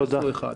אפס או אחד.